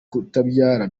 kutabyara